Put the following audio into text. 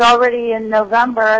already in november